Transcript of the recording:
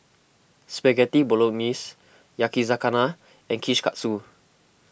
Spaghetti Bolognese Yakizakana and Kushikatsu